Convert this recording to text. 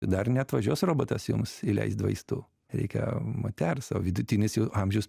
dar neatvažiuos robotas jums įleist vaistų reikia moters o vidutinis jų amžius